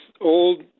old